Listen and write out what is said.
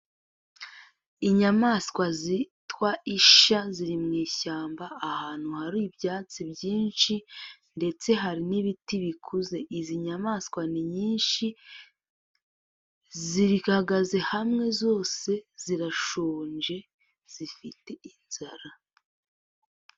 Inyamaswa zitwa isha ziri mu ishyamba ahantu hari ibyatsi byinshi ndetse hari n'ibiti bikuze. Izi nyamaswa ni nyinshi zihagaze hamwe zose, zirashonje, zifite inzara.